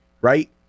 right